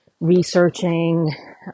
researching